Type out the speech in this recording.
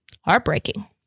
heartbreaking